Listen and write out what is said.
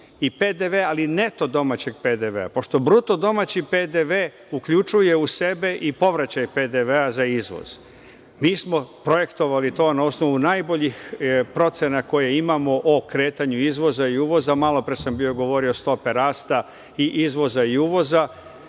uvoz, ali neto domaćeg PDV-a, pošto bruto domaći PDV uključuje u sebe i povraćaj PDV-a za izvor. Mi smo projektovali to na osnovu najboljih procena koje imamo o kretanju izvoza i uvoza. Malopre sam govorio stope rasta i izvoza i uvoza,